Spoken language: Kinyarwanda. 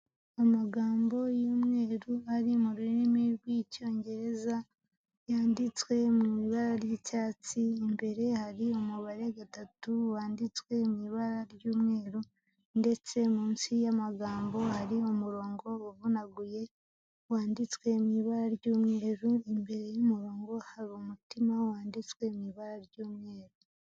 Amagambo y'umweru ari mu rurimi rw'Icyongereza yanditswe mu ibara ry'icyatsi imbere hari umubare gatatu wanditswe mu ibabara ry'umweru ndetse munsi y'amagambo hari umurongo uvunaguye wanditswe mu ibara ry'umweru imbere y'umurongo hari umutima wanditswe mu ibara ry'umweru.